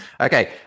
Okay